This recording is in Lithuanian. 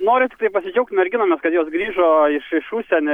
noriu tiktai pasidžiaugt merginomis kad jos grįžo iš iš užsienio